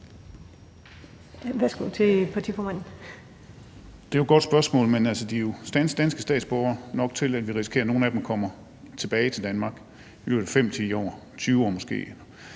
Torsten Gejl (ALT): Det er et godt spørgsmål, men de er jo danske statsborgere nok til, at vi risikerer, at nogle af dem kommer tilbage til Danmark i løbet af 5-10 år, 20 år måske.